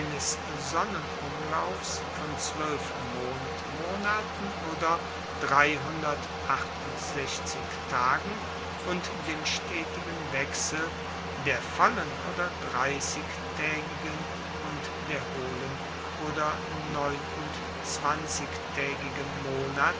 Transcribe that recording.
sonnenumlaufs von zwoelf mondmonaten oder tagen und dem stetigen wechsel der vollen oder dreissigtaegigen und der hohlen oder neunundzwanzigtaegigen monate